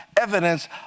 evidence